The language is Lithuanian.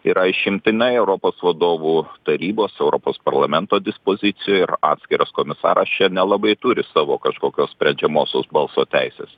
yra išimtinai europos vadovų tarybos europos parlamento dispozicijoje ir atskiros komisaras čia nelabai turi savo kažkokios sprendžiamosios balso teisės